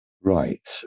Right